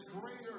greater